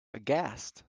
aghast